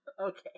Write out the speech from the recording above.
Okay